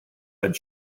head